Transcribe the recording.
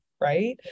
Right